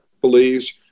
believes